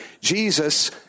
Jesus